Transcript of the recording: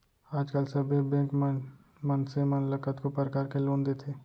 आज काल सबे बेंक मन मनसे मन ल कतको परकार के लोन देथे